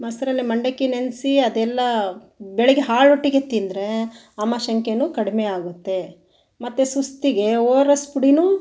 ಮೊಸರಲ್ಲಿ ಮಂಡಕ್ಕಿ ನೆನೆಸಿ ಅದೆಲ್ಲ ಬೆಳಗ್ಗೆ ಹಾಳೊಟ್ಟೆಗೆ ತಿಂದರೆ ಆಮಶಂಕೆನೂ ಕಡಿಮೆ ಆಗುತ್ತೆ ಮತ್ತೆ ಸುಸ್ತಿಗೆ ಒ ಆರ್ ಎಸ್ ಪುಡಿನೂ